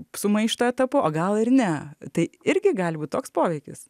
su maišto etapu o gal ir ne tai irgi gali būt toks poveikis